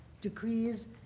decrees